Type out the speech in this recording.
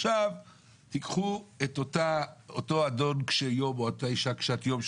עכשיו תקחו את אותו אדון קשה יום או אותה אישה קשת יום,